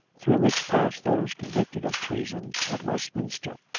through which passed those con victed of treason at westminster,